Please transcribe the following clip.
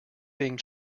being